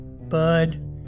Bud